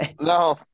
no